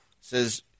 says